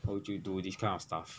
what would you do this kind of stuff